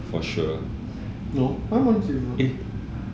no I'm on a